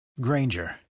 Granger